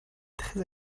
très